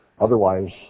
otherwise